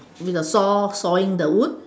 with the saw sawing the wood